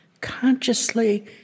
consciously